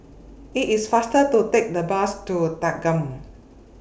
IT IS faster to Take The Bus to Thanggam